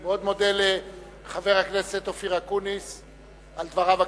אני מאוד מודה לחבר הכנסת אופיר אקוניס על דבריו הקצרים.